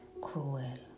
cruel